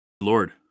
Lord